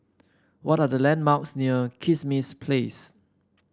what are the landmarks near Kismis Place